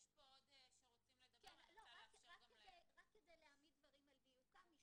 רק כדי להעמיד דברים על דיוקם,